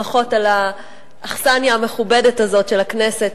ברכות על האכסניה המכובדת הזאת של הכנסת,